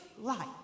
life